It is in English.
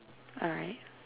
alright